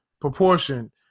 proportion